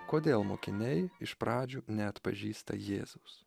kodėl mokiniai iš pradžių neatpažįsta jėzaus